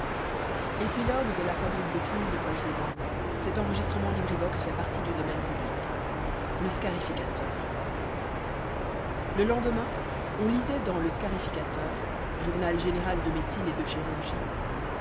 épilogue le scarificateur le lendemain on lisait dans le scarificateur journal général de médecine et de chirurgie